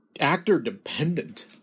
actor-dependent